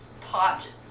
pot